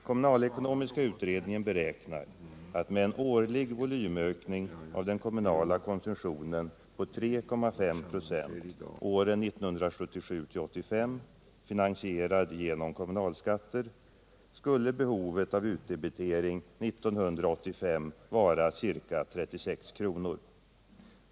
Kommunalekonomiska utredningen beräknar att med en årlig volymökning av den kommunala konsumtionen på 3,5 96 åren 1977-1985, finansierad genom kommunalskatter, skulle behovet av utdebitering 1985 vara ca 36 kr.